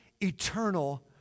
eternal